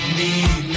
need